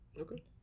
Okay